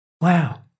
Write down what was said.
Wow